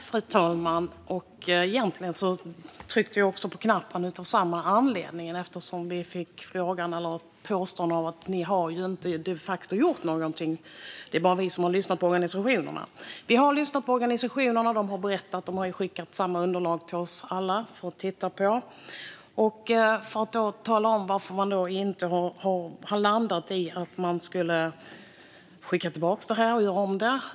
Fru talman! Egentligen tryckte jag på knappen för replik av samma anledning. Vi fick ju frågan, eller påståendet, att vi de facto inte har gjort någonting. Ni säger att det bara är ni som har lyssnat på organisationerna. Vi har lyssnat på dem. De har berättat, och de har skickat samma underlag till oss alla att titta på. Varför har vi då inte har landat i att skicka tillbaka ärendet och göra om det?